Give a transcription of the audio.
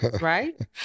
right